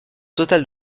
total